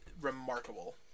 remarkable